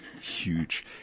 huge